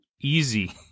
easy